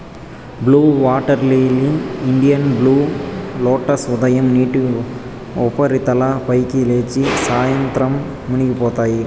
blue water lily, Indian blue lotus ఉదయం నీటి ఉపరితలం పైకి లేచి, సాయంత్రం మునిగిపోతాయి